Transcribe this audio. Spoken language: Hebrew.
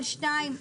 דבר שני,